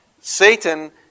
Satan